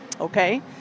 Okay